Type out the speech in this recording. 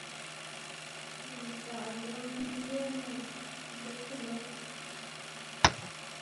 guꞌn sdzaꞌl ldoꞌ minn degiedzná nakugit pelot.